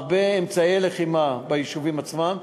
הרבה אמצעי לחימה ביישובים עצמם.